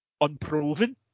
unproven